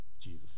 Jesus